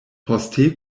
poste